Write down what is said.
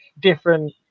different